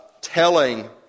telling